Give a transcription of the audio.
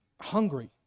hungry